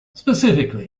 specifically